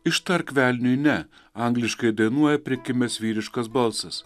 ištark velniui ne angliškai dainuoja prikimęs vyriškas balsas